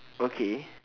okay